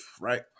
right